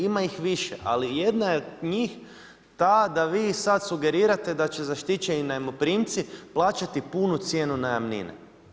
Ima ih više, ali jedna od njih je ta da vi sad sugerirate da će zaštićeni najmoprimci plaćati punu cijenu najamnine.